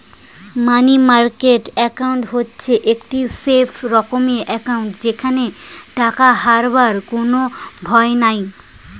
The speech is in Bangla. মানি মার্কেট একাউন্ট হচ্ছে একটি সেফ রকমের একাউন্ট যেখানে টাকা হারাবার কোনো ভয় নাই